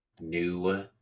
New